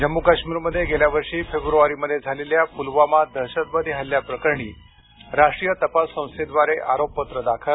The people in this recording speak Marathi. जम्मू काश्मीरमध्ये गेल्या वर्षी फेब्र्वारीमध्ये झालेल्या पुलवामा दहशतवादी हल्ल्याप्रकरणी राष्ट्रीय तपास संस्थेद्वारे आरोपपत्र दाखल